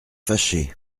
fâché